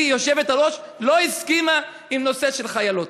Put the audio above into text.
כי היושבת-ראש לא הסכימה עם הנושא של חיילות.